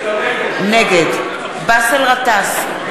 נגד באסל גטאס,